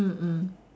mm mm